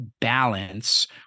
balance